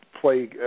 play